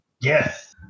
Yes